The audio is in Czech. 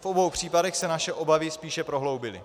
V obou případech se naše obavy spíše prohloubily.